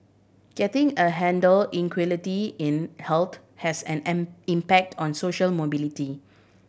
getting a handle inequality in health has an impact on social mobility